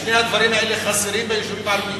ושני הדברים האלה חסרים ביישובים הערביים.